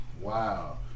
Wow